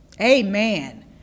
Amen